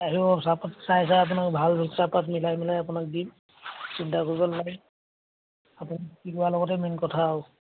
আহিব চাহপাত চাই চাই আপোনাক ভাল চাহপাত মিলাই মিলাই আপোনাক দিম চিন্তা কৰিব নালাগে আপুনি বিক্ৰী কৰাৰ লগতে মেইন কথা আৰু